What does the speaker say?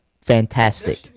fantastic